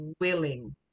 willing